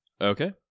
Okay